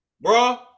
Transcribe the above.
bro